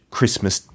Christmas